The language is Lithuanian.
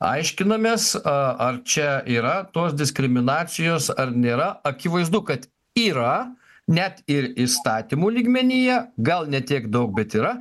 aiškinamės a ar čia yra tos diskriminacijos ar nėra akivaizdu kad yra net ir įstatymų lygmenyje gal ne tiek daug bet yra